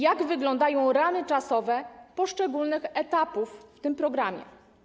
Jak wyglądają ramy czasowe poszczególnych etapów w tym programie?